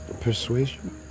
persuasion